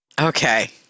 Okay